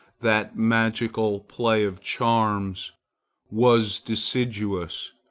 that magical play of charms was deciduous,